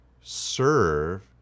serve